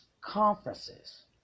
conferences